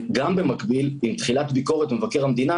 במקביל עם תחילת ביקורת מבקר המדינה